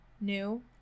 new